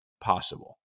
possible